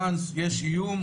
יש איום,